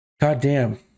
goddamn